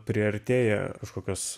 priartėja kažkokios